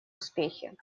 успехи